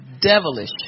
devilish